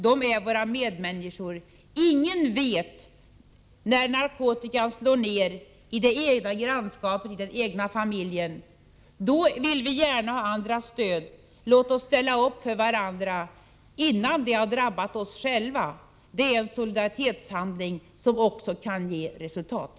De är våra medmänniskor. Ingen vet när narkotikan slår ned i det egna grannskapeteller i den egna familjen. Då vill vi gärna ha andras stöd. Låt oss ställa upp för varandra innan det hela drabbar oss själva. Det är en solidaritetshandling som också kan ge resultat.